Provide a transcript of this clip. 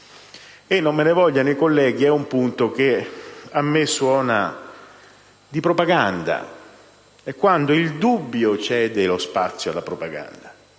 - non me ne vogliano i colleghi - a me suona di propaganda, è quando il dubbio cede lo spazio alla propaganda: